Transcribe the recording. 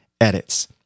edits